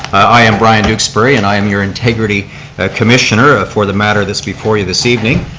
i am brian duxbury and i'm your integrity ah commissioner ah for the matter that's before you this evening.